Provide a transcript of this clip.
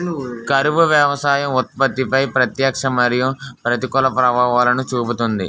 కరువు వ్యవసాయ ఉత్పత్తిపై ప్రత్యక్ష మరియు ప్రతికూల ప్రభావాలను చూపుతుంది